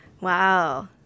Wow